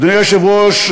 אדוני היושב-ראש,